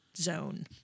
Zone